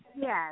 Yes